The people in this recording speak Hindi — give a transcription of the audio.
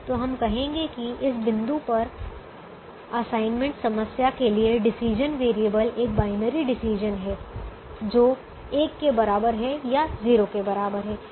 तो हम कहेंगे कि इस बिंदु पर असाइनमेंट समस्या के लिए डिसीजन वेरिएबल एक बायनरी डिसीजन है जो 1 के बराबर है या 0 के बराबर है